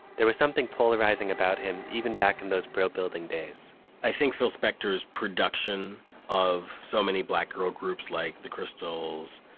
there was something polarizing about him, even back in those pro building days i think phil spector's production of so many black girl groups like the crystals,